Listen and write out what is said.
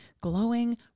glowing